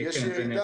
גם,